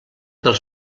dels